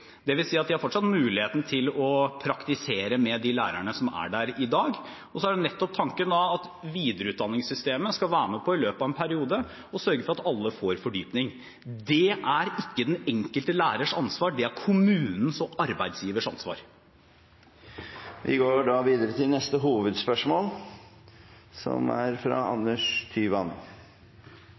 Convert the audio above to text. praktisere med de lærerne som er der i dag. Tanken er nettopp at videreutdanningssystemet skal være med på å sørge for at alle får fordypning i løpet av en periode. Det er ikke den enkelte lærers ansvar, det er kommunens og arbeidsgivers ansvar. Vi går videre til neste hovedspørsmål.